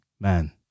man